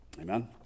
Amen